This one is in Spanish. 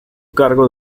cargo